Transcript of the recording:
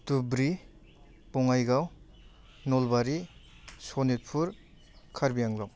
Dhubri Bongaigaon Nalbari Sonitpur Karbi Anglong